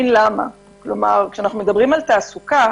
כשמדברים על תעסוקה